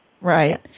Right